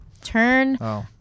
Turn